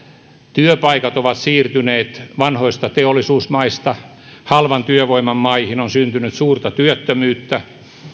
työpaikat ovat siirtyneet vanhoista teollisuusmaista halvan työvoiman maihin on syntynyt suurta työttömyyttä